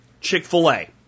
Chick-fil-A